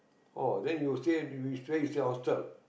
orh then you stay you stay you stay hostel